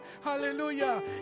hallelujah